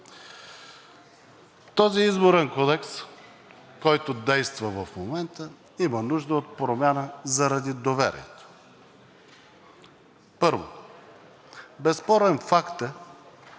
Този Изборен кодекс, който действа в момента, има нужда от промяна заради доверието. Първо, безспорен факт е,